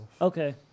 Okay